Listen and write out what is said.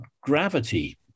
gravity